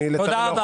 ולצערי,